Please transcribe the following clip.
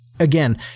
Again